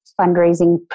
fundraising